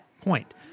point